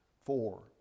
four